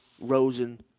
Rosen